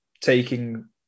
taking